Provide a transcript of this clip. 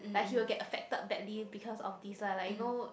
like he will get affected badly because of this ah like you know